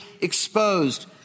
exposed